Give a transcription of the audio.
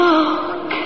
Look